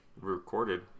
recorded